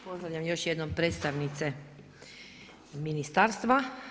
Pozdravljam još jednom predstavnice ministarstva.